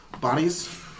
bodies